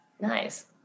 Nice